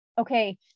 Okay